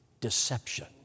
deception